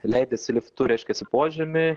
leidiesi liftu reiškias į požemį